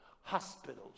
hospitals